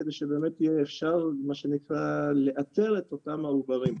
כדי שבאמת יהיה מצב מה שנקרא לאתר את אותם העוברים.